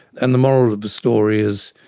and the moral of the story is